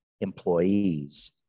employees